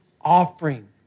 offering